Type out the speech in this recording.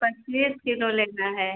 पच्चीस किलो लेना है